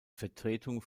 vertretung